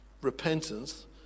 Repentance